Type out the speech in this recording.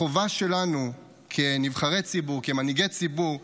החובה שלנו כנבחרי ציבור, כמנהיגי ציבור,